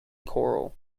choral